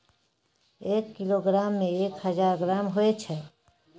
एक किलोग्राम में एक हजार ग्राम होय छै